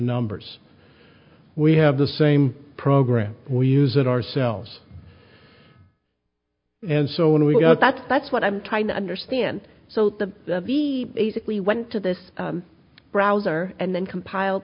numbers we have the same program we use it ourselves and so when we got that's that's what i'm trying to understand so the be basically went to this browser and then compiled